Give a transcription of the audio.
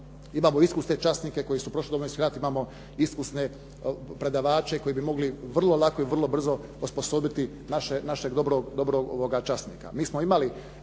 Imamo iskusne časnike koji su prošli Domovinski rat, imamo iskusne predavače koji bi mogli vrlo lako i vrlo brzo osposobiti našeg dobrog časnika.